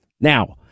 Now